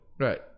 Right